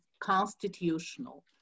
constitutional